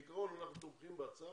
בעיקרון אנחנו תומכים בהצעה,